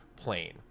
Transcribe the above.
plane